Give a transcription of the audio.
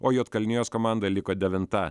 o juodkalnijos komanda liko devinta